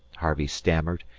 harvey stammered,